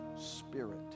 spirit